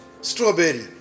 Strawberry